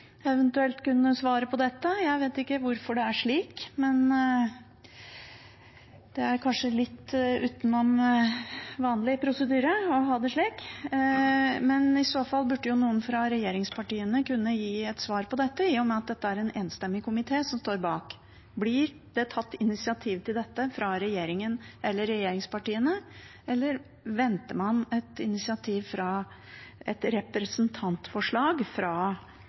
slik, men det er kanskje litt utenom vanlig prosedyre å ha det slik, men i så fall burde jo noen fra regjeringspartiene kunne gi et svar på dette, i og med at det er en enstemmig komité som står bak. Blir det tatt initiativ til dette fra regjeringen, eller regjeringspartiene, eller venter man et initiativ fra et representantforslag fra